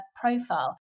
profile